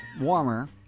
warmer